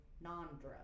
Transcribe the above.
non-drug